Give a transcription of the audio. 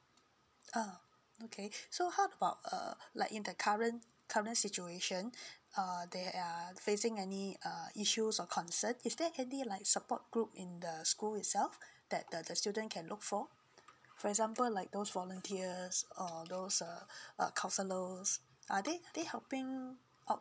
uh okay so how about err like in the current current situation uh they are facing any uh issues of concern is there any like support group in the school itself that the the student can look for for example like those volunteers or those err uh counsellor are they are they helping out